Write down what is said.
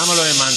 למה לא האמנתי?